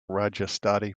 rajasthani